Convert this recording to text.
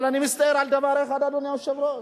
אבל אני מצטער על דבר אחד, אדוני היושב-ראש.